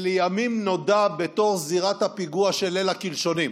שלימים נודע בתור זירת הפיגוע של ליל הקלשונים.